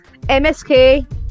MSK